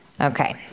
Okay